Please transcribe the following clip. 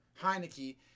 Heineke